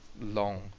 long